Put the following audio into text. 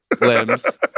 limbs